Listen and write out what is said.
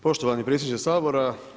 Poštovani predsjedniče Sabora.